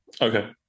Okay